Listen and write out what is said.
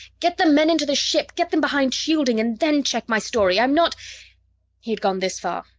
get the men into the ship! get them behind shielding and then check my story! i'm not he had gone this far,